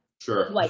sure